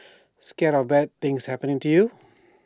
scared of bad things happening to you